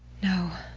no,